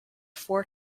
four